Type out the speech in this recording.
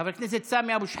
חבר הכנסת סמי אבו שחאדה,